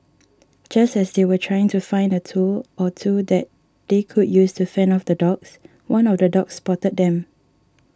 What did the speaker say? just as they were trying to find a tool or two that they could use to fend off the dogs one of the dogs spotted them